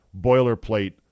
boilerplate